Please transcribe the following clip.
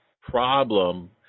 problem